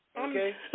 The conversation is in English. Okay